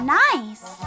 nice